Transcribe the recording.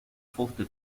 forte